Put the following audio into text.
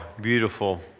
beautiful